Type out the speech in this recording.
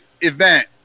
event